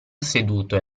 seduto